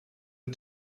are